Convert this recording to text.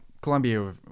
Colombia